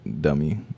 dummy